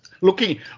looking